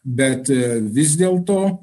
bet vis dėlto